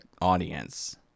audience